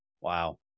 Wow